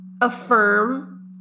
affirm